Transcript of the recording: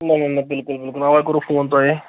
نہ نہ نہ بالکل بالکل وۄنۍ کوٚرو فون تۄہے